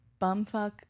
bumfuck